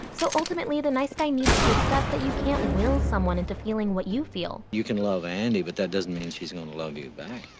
so ultimately, the nice guy needs to accept that you can't will someone into feeling what you feel you can love andie, but that doesn't mean she's gonna love you back.